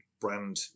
brand